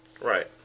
Right